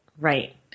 Right